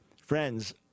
Friends